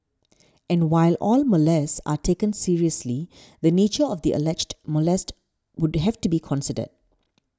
and while all molests are taken seriously the nature of the alleged molest would have to be considered